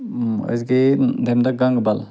أسۍ گٔیے تَمہِ دۄہ گنٛگہٕ بل